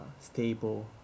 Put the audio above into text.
stable